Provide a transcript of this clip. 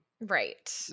Right